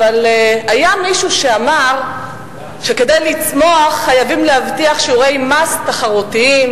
אבל היה מישהו שאמר שכדי לצמוח חייבים להבטיח שיעורי מס תחרותיים,